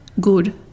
Good